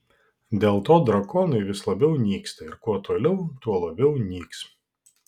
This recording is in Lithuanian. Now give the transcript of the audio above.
dėl to drakonai vis labiau nyksta ir kuo toliau tuo labiau nyks